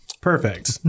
Perfect